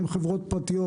באות חברות פרטיות